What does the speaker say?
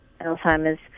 Alzheimer's